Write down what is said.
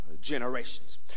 generations